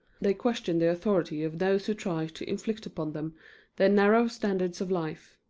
they question the authority of those who try to inflict upon them their narrow standards of life.